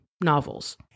novels